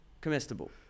comestible